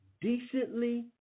decently